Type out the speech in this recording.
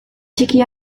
txiki